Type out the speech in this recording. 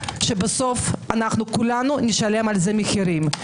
שבסוף כולנו נשלם על זה מחירים,